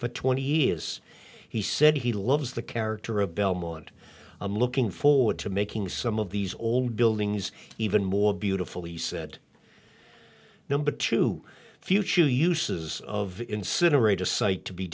for twenty years he said he loves the character of belmont i'm looking forward to making some of these old buildings even more beautiful he said number two the future uses of incinerate a site to be